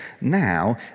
now